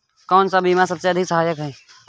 कौन सा बीमा सबसे अधिक सहायक है?